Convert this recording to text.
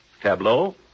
Tableau